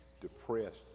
depressed